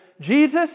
Jesus